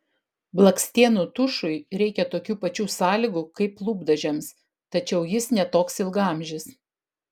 blakstienų tušui reikia tokių pačių sąlygų kaip lūpdažiams tačiau jis ne toks ilgaamžis